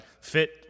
fit